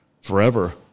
forever